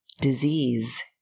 disease